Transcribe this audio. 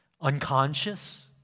unconscious